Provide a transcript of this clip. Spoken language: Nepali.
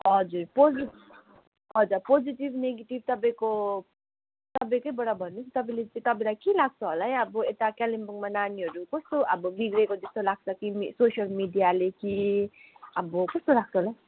हजुर पोज हजुर पोजिटिभ नेगेटिभ तपाईँको तपाईँकैबाट भन्नुहोस् न तपाईँले तपाईँलाई के लाग्छ होला है अब यता कालिम्पोङमा नानीहरू कस्तो अब बिग्रेको जस्तो लाग्छ कि सोसियल मिडियाले कि अब कस्तो लाग्छ होला